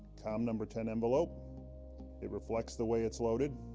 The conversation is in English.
com number ten envelope it reflects the way it's loaded.